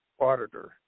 auditor